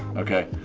okay.